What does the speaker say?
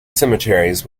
cemeteries